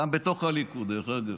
גם בתוך הליכוד, דרך אגב,